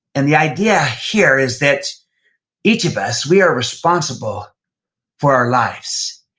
and the idea here is that each of us, we are responsible for our lives.